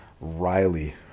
Riley